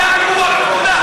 אין לנו זמן,